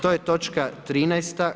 To je točka 13.